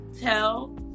tell